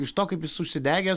iš to kaip jis užsidegęs